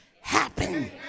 happen